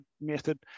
method